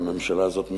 הממשלה הזאת,